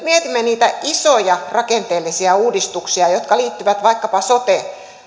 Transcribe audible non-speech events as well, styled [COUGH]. [UNINTELLIGIBLE] mietimme niitä isoja rakenteellisia uudistuksia jotka liittyvät vaikkapa sote